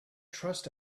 trust